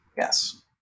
Yes